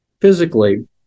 physically